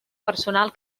personal